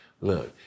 Look